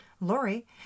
Lori